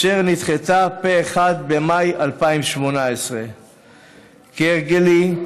והיא נדחתה פה אחד במאי 2018. כהרגלי,